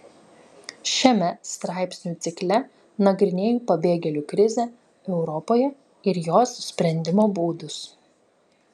šiame straipsnių cikle nagrinėju pabėgėlių krizę europoje ir jos sprendimo būdus